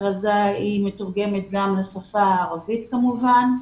הכרזה מתורגמת גם לשפה הערבית כמובן.